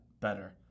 better